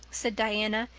said diana.